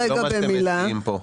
זה לא מה שאתם מציעים פה.